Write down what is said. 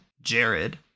Jared